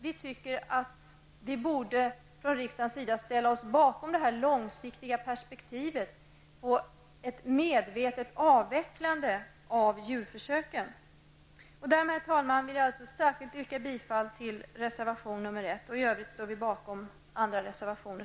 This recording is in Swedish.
Vi tycker att riksdagen borde ställa sig bakom att i det långa perspektivet medvetet avveckla djurförsöken. Härmed, herr talman, vill jag alltså särskilt yrka bifall till reservation 1. I övrigt står vi bakom våra andra reservationer.